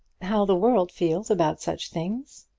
how the world feels about such things.